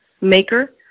maker